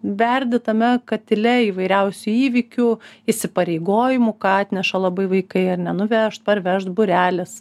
verdi tame katile įvairiausių įvykių įsipareigojimų ką atneša labai vaikai ane nuvežt parvežt būrelis